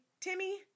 Timmy